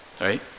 right